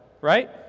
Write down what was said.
right